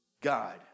God